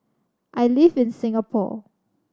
I live in Singapore